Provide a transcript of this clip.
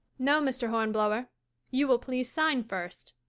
no, mr. hornblower you will please sign first.